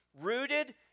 Rooted